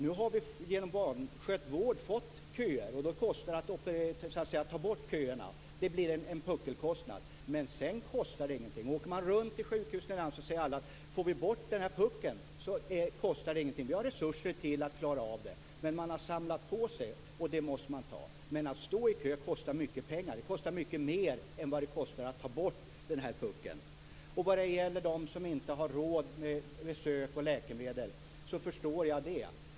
Nu har vi genom vanskött vård fått köer. Då kostar det att ta bort köerna. Det blir en puckelkostnad. Men sedan kostar det ingenting. Åker man runt till sjukhusen i landet säger alla: Får vi bort den här puckeln så kostar det ingenting. Vi har resurser att klara av det. Men man har samlat på sig, och det måste man ta. Men att stå i kö kostar mycket pengar. Det kostar mycket mer än det kostar att ta bort puckeln. Jag förstår dem som inte har råd med besök och läkemedel.